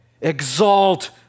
Exalt